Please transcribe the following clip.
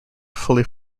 fully